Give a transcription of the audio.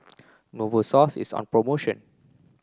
Novosource is on promotion